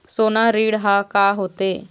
सोना ऋण हा का होते?